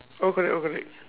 all correct all correct